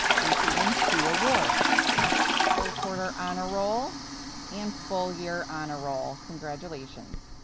receiving two awards third quarter honor roll and full year honor roll. congratulations.